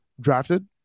drafted